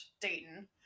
Dayton